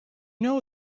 know